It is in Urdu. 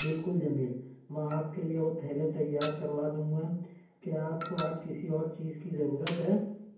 بالکل جمیل میں آپ کے لیے وہ تھیلے تیار کروا دوں گا کیا آپ کو آج کسی اور چیز کی ضرورت ہے